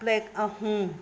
plate ꯑꯍꯨꯝ